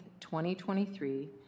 2023